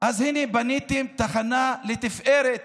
אז הינה, בניתם תחנה לתפארת